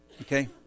Okay